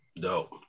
Dope